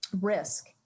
risk